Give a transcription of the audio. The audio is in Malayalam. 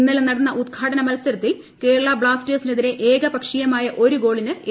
ഇന്നലെ നടന്ന ഉദ്ഘാടന മത്സരത്തിൽ കേരള ബ്ലാസ്റ്റേഴ്സിനെതിരെ ഏകപക്ഷീയമായ ഒരു ഗോളിന് എ